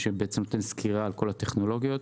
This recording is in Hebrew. שנותן סקירה על כל הטכנולוגיות.